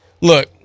Look